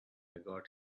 got